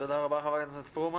תודה רבה ח"כ פרומן.